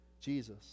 Jesus